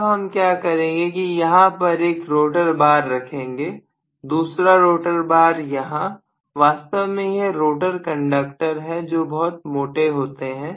अब हम क्या करेंगे कि यहां पर एक रोटर बार रखेंगे दूसरा रोटर बार यहां वास्तव में यह रोटर कंडक्टर है जो बहुत मोटा होता है